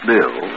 Bill